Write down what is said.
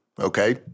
okay